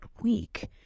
week